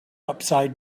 upside